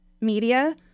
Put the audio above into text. media